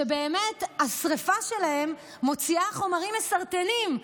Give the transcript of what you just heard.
שהשרפה שלהם מוציאה חומרים מסרטנים,